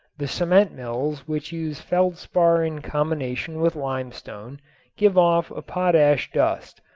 the cement mills which use feldspar in combination with limestone give off a potash dust,